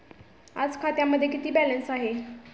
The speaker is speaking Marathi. आज खात्यामध्ये किती बॅलन्स आहे?